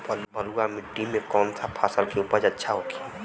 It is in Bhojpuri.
बलुआ मिट्टी में कौन सा फसल के उपज अच्छा होखी?